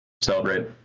celebrate